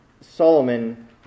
Solomon